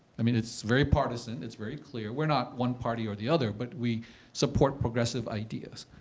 i mean, it's very partisan. it's very clear. we're not one party or the other. but we support progressive ideas.